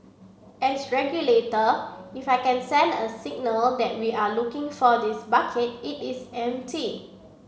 as regulator if I can send a signal that we are looking for this bucket it is empty